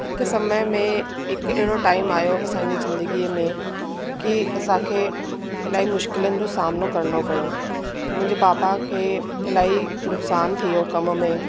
हिक समय में हिक अहिड़ो टाइम आयो असांजे ज़िंदगीअ में की असांखे इलाही मुश्किलनि जो सामनो करिणो पियो मुंहिंजे पापा खे इलाही नुक़सान थी वियो कम में